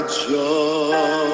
joy